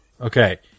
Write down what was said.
Okay